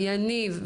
יניב,